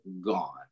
gone